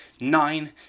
Nine